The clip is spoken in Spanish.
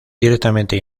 directamente